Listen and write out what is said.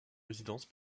résidence